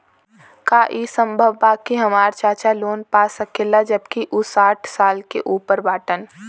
का ई संभव बा कि हमार चाचा लोन पा सकेला जबकि उ साठ साल से ऊपर बाटन?